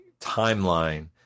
timeline